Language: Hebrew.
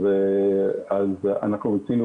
אנחנו רצינו